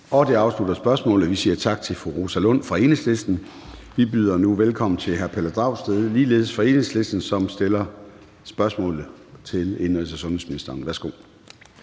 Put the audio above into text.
Det afslutter spørgsmålet, og vi siger tak til fru Rosa Lund fra Enhedslisten. Vi byder nu velkommen til hr. Pelle Dragsted, ligeledes fra Enhedslisten, som stiller spørgsmålet til indenrigs- og sundhedsministeren. Kl.